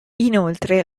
inoltre